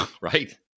right